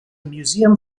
museum